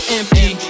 empty